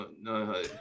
No